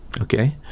okay